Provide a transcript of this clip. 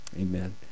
Amen